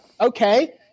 Okay